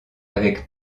avec